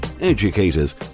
educators